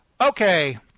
Okay